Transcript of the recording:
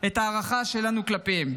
את ההערכה שלנו כלפיהם.